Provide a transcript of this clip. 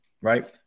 right